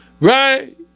right